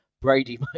Brady